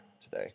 today